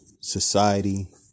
society